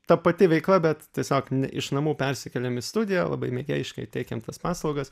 ta pati veikla bet tiesiog iš namų persikėlėm į studiją labai mėgėjiškai teikiam tas paslaugas